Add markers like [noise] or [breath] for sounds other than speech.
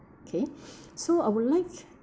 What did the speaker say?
okay [breath] so I would like